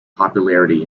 popularity